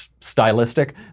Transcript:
stylistic